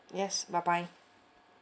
yes bye bye